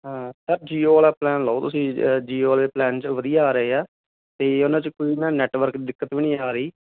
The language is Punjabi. ਹਾਂ ਸਰ ਜੀਓ ਆਲਾ ਪਲੈਨ ਲਓ ਤੁਸੀਂ ਜੀਓ ਆਲੇ ਪਲੈਨ ਚ ਵਧੀਆ ਆ ਰਹੇ ਐ ਤੇ ਉਨ੍ਹਾਂ ਚ ਕੋਈ ਨਾ ਨੈਟਵਰਕ ਦਿੱਕਤ ਵੀ ਨੀ ਰਹੀ